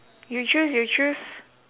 you choose you choose